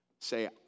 say